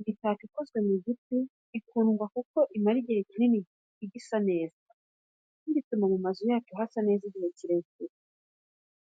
Imitako ikozwe mu giti ikunda kuko imara igihe kinini igisa neza, kandi ituma mu mazu yacu hasa neza igihe kirekire.